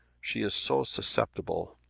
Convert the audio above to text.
she is so susceptible!